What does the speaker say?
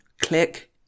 click